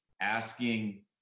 asking